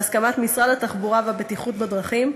בהסכמת משרד התחבורה והבטיחות בדרכים,